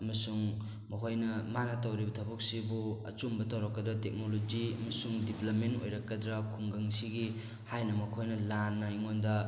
ꯑꯃꯁꯨꯡ ꯃꯈꯣꯏꯅ ꯃꯥꯅ ꯇꯧꯔꯤꯕ ꯊꯕꯛꯁꯤꯕꯨ ꯑꯆꯨꯝꯕ ꯇꯧꯔꯛꯀꯗ꯭ꯔꯥ ꯇꯦꯛꯅꯣꯂꯣꯖꯤ ꯑꯃꯁꯨꯡ ꯗꯦꯕ꯭ꯂꯞꯃꯦꯟ ꯑꯣꯏꯔꯛꯀꯗ꯭ꯔꯥ ꯈꯨꯡꯒꯪꯁꯤꯒꯤ ꯍꯥꯏꯅ ꯃꯈꯣꯏꯅ ꯂꯥꯟꯅ ꯑꯩꯉꯣꯟꯗ